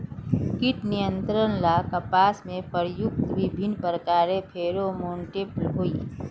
कीट नियंत्रण ला कपास में प्रयुक्त विभिन्न प्रकार के फेरोमोनटैप होई?